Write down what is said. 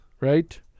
Right